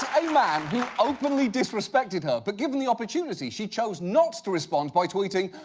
man who openly disrespected her, but given the opportunity, she chose not to respond by tweeting.